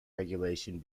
regulation